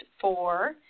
four